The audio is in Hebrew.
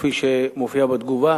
כפי שמופיע בתגובה,